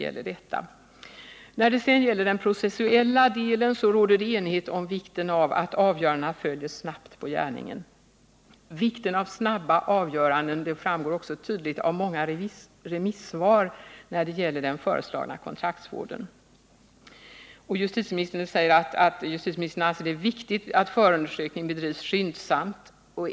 När det sedan gäller den processuella delen råder det enighet om vikten av att avgörandet följer snabbt på gärningen. Vikten av snabba avgöranden framgår också tydligt av många remissvar angående den föreslagna kontraktsvården. Justitieministern säger att han anser det viktigt att förundersökningarna bedrivs skyndsamt.